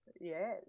Yes